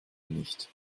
nicht